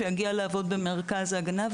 שיגיע לעבוד במרכז ההגנה,